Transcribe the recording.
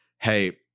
hey